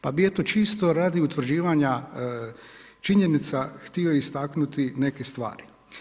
Pa bi eto čisto radi utvrđivanja činjenica htio istaknuti neke stvari.